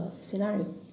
scenario